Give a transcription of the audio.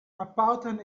apartan